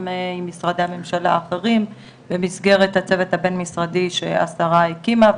גם עם משרדי הממשלה האחרים במסגרת הצוות הבין-משרדי שהשרה הקימה,